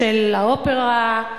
של האופרה,